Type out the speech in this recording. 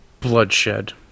bloodshed